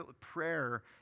prayer